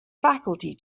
faculty